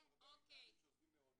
--- הסטטיסטיקה,